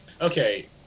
Okay